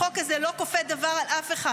החוק הזה לא כופה דבר על אף אחד.